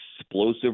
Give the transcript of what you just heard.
explosive